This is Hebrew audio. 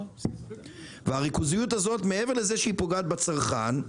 מעבר לזה שהריכוזיות הזאת פוגעת בצרכן,